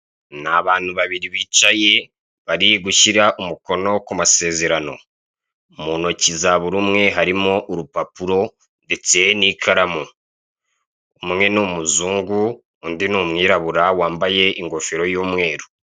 Ni abantu babiri bicaye bari gushyira umukono ku masezerano, mu nyoki za buri umwe harimo urupapuro ndetse n'ikaramu. Umwe ni umuzungu, undi ni umwirabura wambaye ingofero y'umweru.